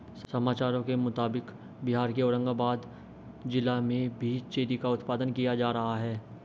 समाचारों के मुताबिक बिहार के औरंगाबाद जिला में भी चेरी का उत्पादन किया जा रहा है